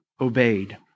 obeyed